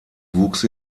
wuchs